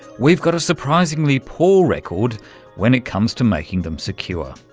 we've got a surprisingly poor record when it comes to making them secure.